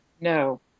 No